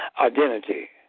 identity